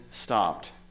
stopped